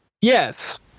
Yes